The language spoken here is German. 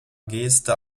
geste